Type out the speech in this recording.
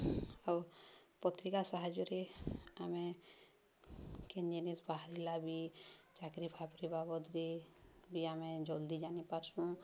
ଆଉ ପତ୍ରିକା ସାହାଯ୍ୟରେ ଆମେ କେନ୍ ଜିନିଷ୍ ବାହାରିଲା ବି ଚାକିର୍ଫାକିର୍ ବାବଦ୍ରେ ବି ଆମେ ଜଲ୍ଦି ଜାନିପାର୍ସୁଁ